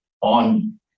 on